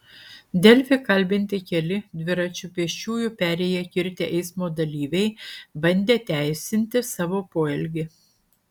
delfi kalbinti keli dviračiu pėsčiųjų perėją kirtę eismo dalyviai bandė teisinti savo poelgį